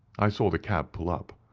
i saw the cab pull up.